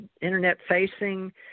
internet-facing